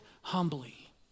humbly